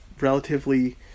relatively